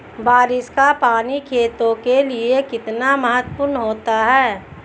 बारिश का पानी खेतों के लिये कितना महत्वपूर्ण होता है?